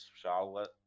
Charlotte